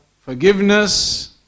forgiveness